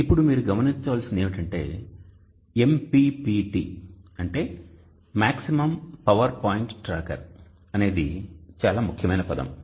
ఇప్పుడు మీరు గమనించవలసినది ఏమిటంటే MPPT అంటే మాక్సిమం పవర్ పాయింట్ ట్రాకర్ అనేది చాలా ముఖ్యమైన పదం